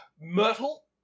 Myrtle